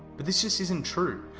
but this just isn't true.